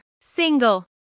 Single